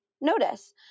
notice